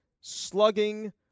slugging